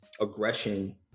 aggression